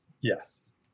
Yes